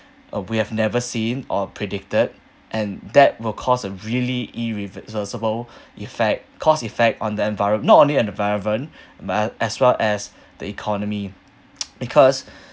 uh we have never seen or predicted and that will cause a really irreversible effect cause effect on the environ~ not only environment but as well as the economy because